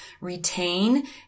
retain